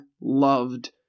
loved